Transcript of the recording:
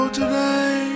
today